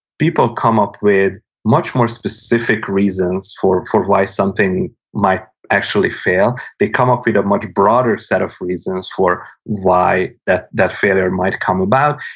people come up with much more specific reasons for for why something might actually fail. they come up with a much broader set of reasons for why that that failure and might come about,